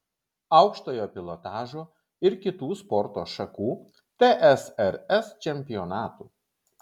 aukštojo pilotažo ir kitų sporto šakų tsrs čempionatų